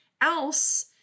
else